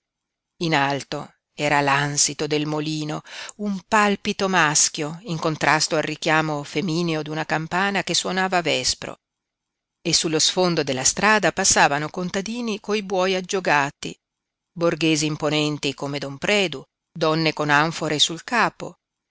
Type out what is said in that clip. in alto era l'ansito del molino un palpito maschio in contrasto col richiamo femineo d'una campana che suonava a vespro e sullo sfondo della strada passavano contadini coi buoi aggiogati borghesi imponenti come don predu donne con anfore sul capo